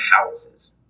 houses